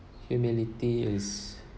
humility is